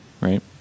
right